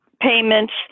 payments